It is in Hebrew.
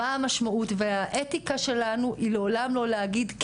מה המשמעות והאתיקה שלנו היא לעולם לא להגיד,